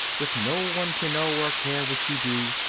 with no one to know or care what you do.